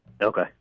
Okay